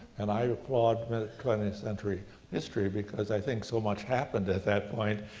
and i applaud mid twentieth century history because i think so much happened at that point,